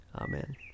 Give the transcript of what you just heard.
Amen